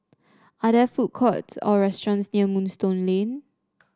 are there food courts or restaurants near Moonstone Lane